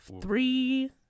three